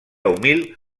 humil